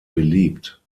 beliebt